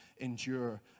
endure